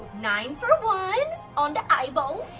nine for one on the eyeballs.